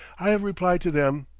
i have replied to them,